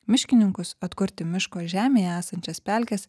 miškininkus atkurti miško žemėje esančias pelkes